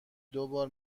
دوبار